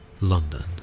London